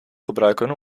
gebruiken